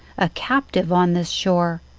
a captive on this shore.